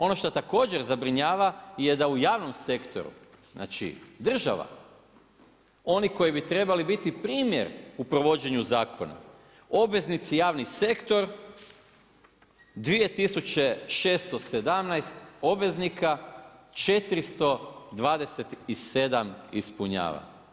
Ono što također zabrinjava, je da u javnom sektoru, znači država, oni koji bi trebali biti primjer u provođenju zakona, obveznici, javni sektor, 2617 obveznika, 427 ispunjava.